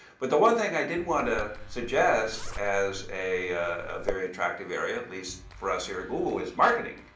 but the one thing i did want to suggest as a very attractive area, at least for us here at google, is marketing.